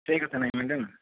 ସେଇ କଥା ନାହିଁ ମ୍ୟାଡାମ